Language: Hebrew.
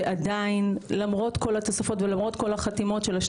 שעדיין למרות כל התוספות ולמרות כל החתימות של ה-